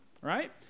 right